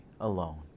alone